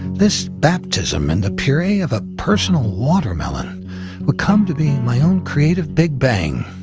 this baptism in the puree of a personal watermelon would come to be my own creative big bang.